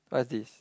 what is this